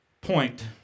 point